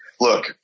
look